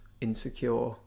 insecure